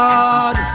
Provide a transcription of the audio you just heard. God